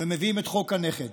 ומביאים את חוק הנכד,